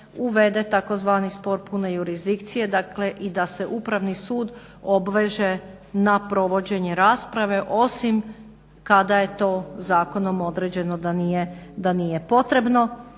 uvede tzv. spor pune jurisdikcije i da se upravni sud obveže na provođenje rasprave osim kada je to zakonom određeno da nije potrebno.